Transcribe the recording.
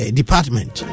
department